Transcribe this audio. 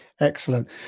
Excellent